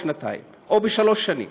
בשנתיים או בשלוש שנים.